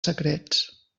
secrets